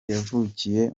yavukiye